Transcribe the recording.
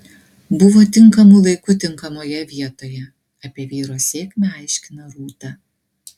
buvo tinkamu laiku tinkamoje vietoje apie vyro sėkmę aiškina rūta